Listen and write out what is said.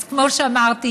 אז כמו שאמרתי,